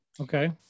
Okay